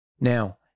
Now